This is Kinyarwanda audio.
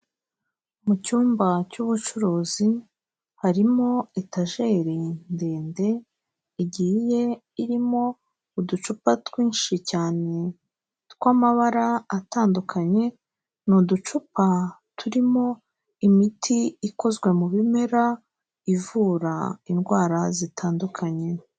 Mu cyumba cy'ubucuruzi, harimo etajeri ndende, igiye irimo uducupa twinshi cyane tw'amabara atandukanye, ni uducupa turimo imiti ikozwe mu bimera, ivura indwara zitandukanye.